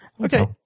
Okay